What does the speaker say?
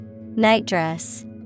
Nightdress